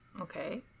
Okay